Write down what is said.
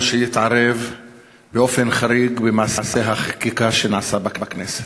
שיתערב באופן חריג במעשה החקיקה שנעשה בכנסת.